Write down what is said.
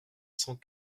cent